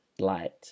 light